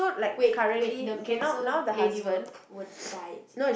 wait wait the cancer lady will will die is it